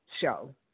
show